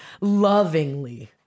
Lovingly